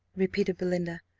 repeated belinda.